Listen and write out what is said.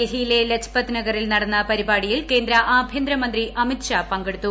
ഡൽഹിയിലെ ലജ്പത് നഗറിൽ നടന്ന പരിപാടിയിൽ കേന്ദ്ര ആഭ്യന്തര മന്ത്രി അമിത് ഷാ പങ്കെടുത്തു